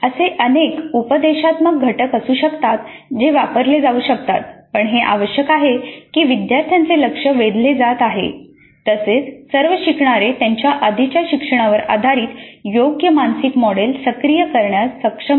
असे अनेक उपदेशात्मक घटक असू शकतात जे वापरले जाऊ शकतात पण हे आवश्यक आहे की विद्यार्थ्यांचे लक्ष वेधले जात आहे तसेच सर्व शिकणारे त्यांच्या आधीच्या शिक्षणावर आधारित योग्य मानसिक मॉडेल सक्रिय करण्यास सक्षम आहेत